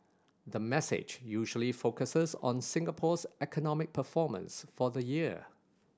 the message usually focuses on Singapore's economic performance for the year